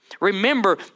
Remember